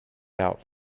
out